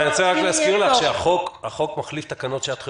אני רוצה רק להזכיר לך שהחוק מחליף תקנות שעת חירום.